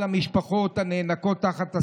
על המשפחות הנאנקות תחת הסבל,